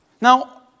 Now